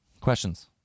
questions